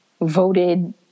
voted